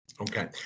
Okay